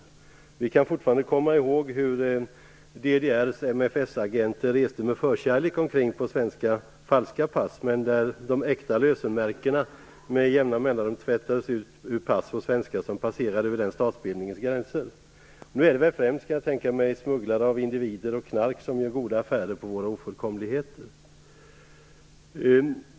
Ni kommer väl fortfarande ihåg hur DDR:s MFS agenter med förkärlek reste omkring på svenska falska pass. De äkta lösenmärkena tvättades med jämna mellanrum ur pass när det gällde svenskar som passerade den statsbildningens gränser. Nu kan jag tänka mig att det är främst smugglare av individer och knark som gör goda affärer på våra ofullkomligheter.